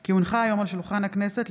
כי הונחה היום על שולחן הכנסת,